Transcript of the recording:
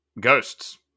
ghosts